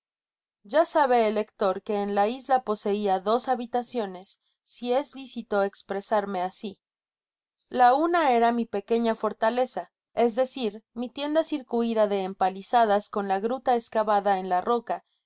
ya sabe el lector que en la isla poseia dos habitaciones si es licito espresarme asi la una era mi pequeña forta leza es decir mi tienda circuida de empalizadas con la gruta escavada en la roca